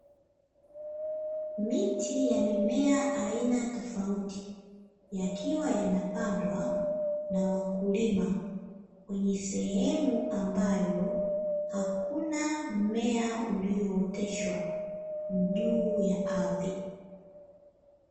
Miti ya mimea aina tofauti, yakiwa yanapandwa na wakulima kwenye sehemu ambayo hakuna mmea uliooteshwa juu ya ardhi.